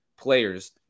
players